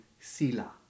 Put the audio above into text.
sila